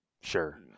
sure